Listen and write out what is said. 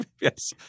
yes